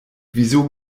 wieso